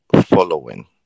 following